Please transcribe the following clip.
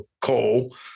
coal